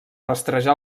rastrejar